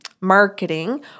marketing